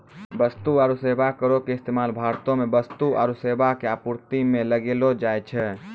वस्तु आरु सेबा करो के इस्तेमाल भारतो मे वस्तु आरु सेबा के आपूर्ति पे लगैलो जाय छै